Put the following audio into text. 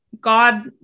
God